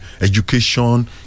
education